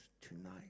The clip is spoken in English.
tonight